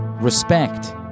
Respect